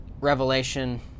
revelation